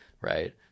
right